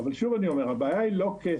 אבל, שוב אני אומר, הבעיה היא לא כסף